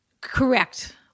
Correct